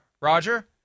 Roger